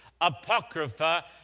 Apocrypha